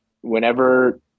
whenever